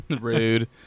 Rude